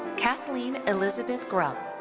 kathleen elizabeth grupp.